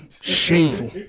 shameful